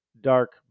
dark